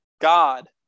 God